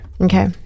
Okay